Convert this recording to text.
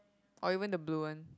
or even the blue one